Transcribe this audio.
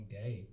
day